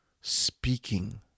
speaking